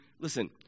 listen